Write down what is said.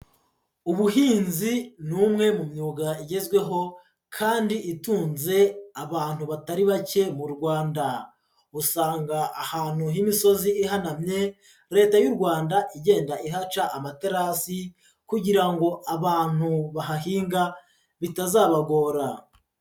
Ubuhinzi ni umwe mu myuga igezweho kandi itunze abantu batari bake mu Rwanda, usanga ahantu h'imisozi ihanamye Leta y'u Rwanda igenda ihaca amaterasi kugira ngo abantu bahahinga bitazabagora.